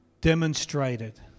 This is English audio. demonstrated